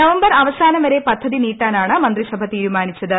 November അവാസനം വരെ പദ്ധതി നീട്ടാനാണ് മന്ത്രിസഭ തീരുമാനിച്ചിത്